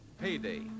payday